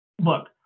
look